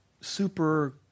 super-